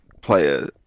player